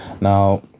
Now